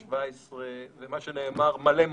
17. זה מה שנאמר: מלא,